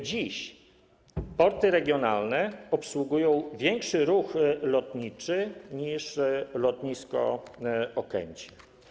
Dziś porty regionalne obsługują większy ruch lotniczy niż lotnisko Okęcie.